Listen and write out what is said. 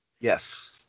yes